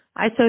ISO